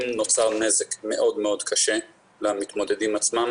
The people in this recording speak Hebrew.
נוצר נזק מאוד-מאוד קשה למתמודדים עצמם,